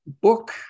book